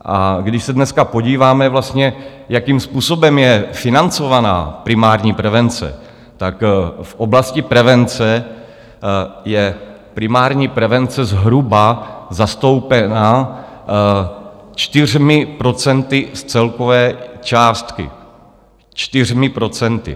A když se dneska podíváme vlastně, jakým způsobem je financovaná primární prevence, v oblasti prevence je primární prevence zhruba zastoupena 4 procenty z celkové částky, 4 procenty!